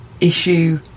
issue